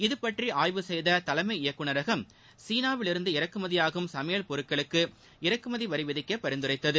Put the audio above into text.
இதுபற்றி ஆய்வு செய்த தலைமை இயக்குனரகம் சீனாவிலிருந்து இறக்குமதியாகும் சமையல் பொருட்களுக்கு இறக்குமதி வரி விதிக்க பரிந்துரைத்தது